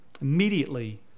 immediately